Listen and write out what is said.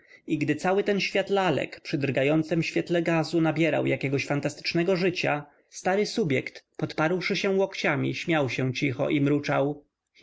i gdy cały ten świat lalek przy drgającem świetle gazu nabrał jakiegoś fantastycznego życia stary subjekt podparłszy się łokciami śmiał się cicho i mruczał